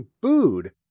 booed